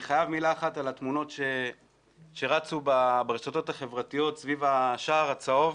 מילה אחת לגבי התמונות שרצו ברשתות החברתיות סביב השער הצהוב.